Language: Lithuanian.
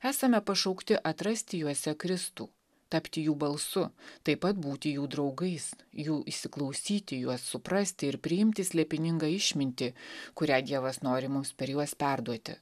esame pašaukti atrasti juose kristų tapti jų balsu taip pat būti jų draugais jų įsiklausyti juos suprasti ir priimti slėpiningą išmintį kurią dievas nori mums per juos perduoti